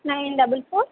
nine double four